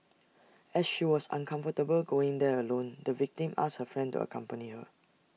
as she was uncomfortable going there alone the victim asked her friend accompany her